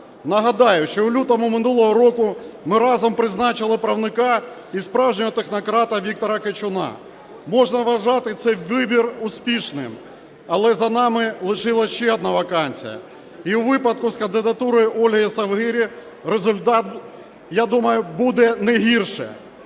Нагадаю, що у лютому минулого року ми разом призначили правника і справжнього технократа Віктора Кичуна. Можна вважати цей вибір успішним, але за нами лишилась ще одна вакансія. І у випадку з кандидатурою Ольги Совгирі результат, я думаю, буде не гірше.